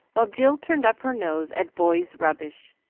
while jill turned up her nose at boys' rubbish.